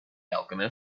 alchemist